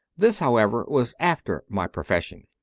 this, however, was after my profession.